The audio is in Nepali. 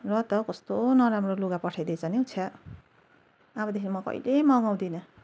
र त कस्तो नराम्रो लुगा पठाइदिएछ नि हौ छ्या अबदेखि म कहिले मगाउँदिन